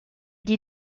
die